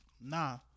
Nah